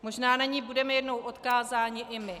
Možná na ni budeme jednou odkázáni i my.